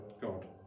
God